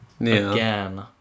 again